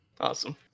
Awesome